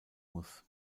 muss